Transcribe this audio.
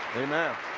amen.